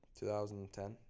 2010